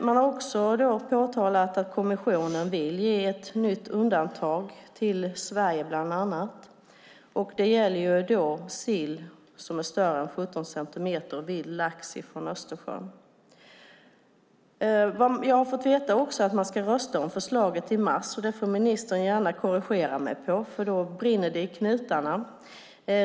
Man har också påtalat att kommissionen vill ge bland annat Sverige ett nytt undantag. Det gäller då sill som är större än 17 centimeter och vild lax från Östersjön. Jag har fått veta att man i mars ska rösta om förslaget. Ministern får gärna korrigera mig där; det brinner ju i så fall i knutarna.